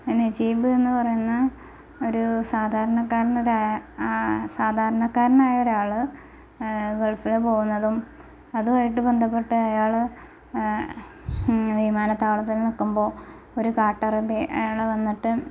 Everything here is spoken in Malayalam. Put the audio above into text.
നജീബ് എന്ന് പറയുന്ന ഒരു സാധാരണക്കാരന് സാധാരണക്കാരനായ ഒരാൾ ഗള്ഫില് പോകുന്നതും അതുമായിട്ട് ബെന്ധപ്പെട്ട് അയാൾ വിമാനത്താവളത്തില് നിൽക്കുമ്പോൾ ഒരു കാട്ടറബി അയാള് വന്നിട്ട്